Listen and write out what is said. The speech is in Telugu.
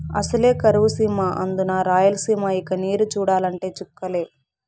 అసలే కరువు సీమ అందునా రాయలసీమ ఇక నీరు చూడాలంటే చుక్కలే